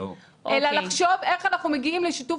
אלא לחשוב איך אנחנו מגיעים לשיתוף